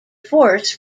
force